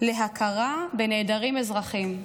להכרה בנעדרים אזרחים.